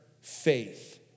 faith